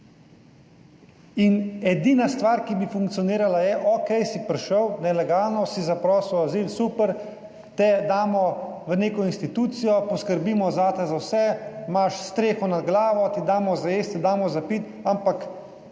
In edina stvar, ki bi funkcionirala, je, okej, si prišel nelegalno, si zaprosil azil, super, te damo v neko institucijo, poskrbimo zate, za vse, imaš streho nad glavo, ti damo za jesti, ti damo za piti, ampak